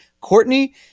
courtney